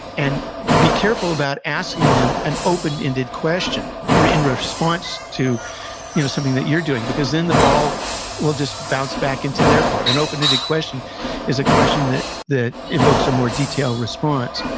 and be careful about asking them an open-ended question in response to you know something that you're doing, because, then, the ball will just bounce back into their court. an open-ended question is a question that that evokes a more detailed response.